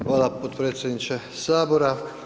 Hvala potpredsjedniče Sabora.